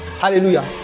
Hallelujah